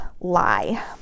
lie